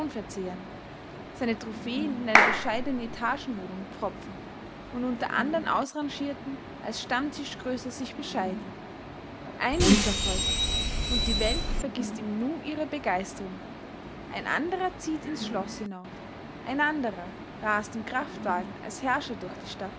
verzehren seine trophäen in eine bescheidene etagenwohnung pfropfen und unter andern ausrangierten als stammtischgröße sich bescheiden ein mißerfolg und die welt vergißt im nu ihre begeisterung ein anderer zieht in's schloß hinauf ein anderer rast im kraftwagen als herrscher durch die stadt